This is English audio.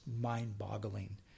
mind-boggling